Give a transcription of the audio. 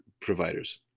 providers